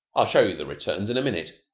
i'll show you the returns in a minute.